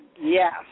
Yes